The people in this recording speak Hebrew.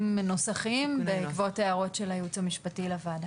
נוסחיים בעקבות הערות של הייעוץ המשפטי לוועדה.